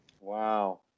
Wow